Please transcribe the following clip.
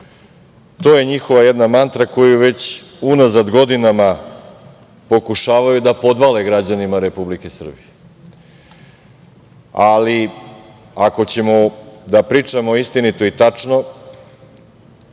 je njihova mantra koju već unazad godinama pokušavaju da podvale građanima Republike Srbije. Ali, ako ćemo da pričamo istinito i tačno,